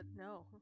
no